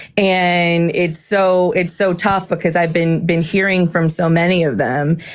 and it's so it's so tough because i've been been hearing from so many of them.